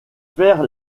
faire